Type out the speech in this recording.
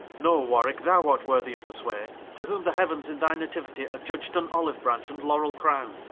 no warwicke, thou art worthy of the sway, to whom the heau'ns in thy natiuitie, adiudg'd an oliue branch, and lawrell crowne,